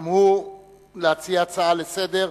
גם הוא להציע הצעה לסדר-היום.